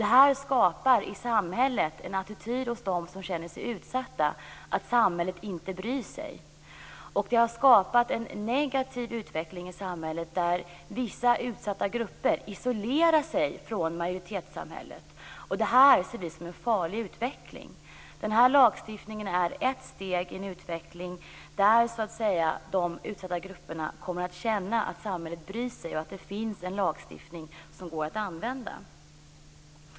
Detta skapar en känsla hos dem som känner sig utsatta att samhället inte bryr sig. Detta har skapat en negativ utveckling i samhället där vissa utsatta grupper isolerar sig från majoritetssamhället. Det är en farlig utveckling. Denna lagstiftning är ett steg i utvecklingen där de utsatta grupperna kommer att känna att samhället bryr sig och att det finns en lagstiftning som kan tillämpas.